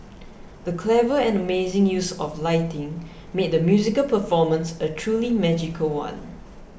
the clever and amazing use of lighting made the musical performance a truly magical one